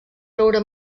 roure